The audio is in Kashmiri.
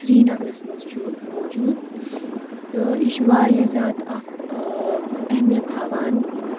سرینَگرَس منٛز چھُ موٗجوٗد تہٕ یہِ چھُ واریاہ زیادٕ اَکھ اہمیت تھاوان